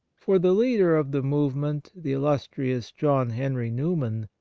for the leader of the move ment, the illustrious john henry newman,